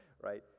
right